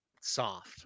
soft